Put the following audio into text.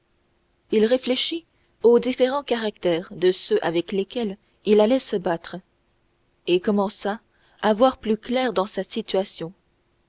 il réfléchit aux différents caractères de ceux avec lesquels il allait se battre et commença à voir plus clair dans sa situation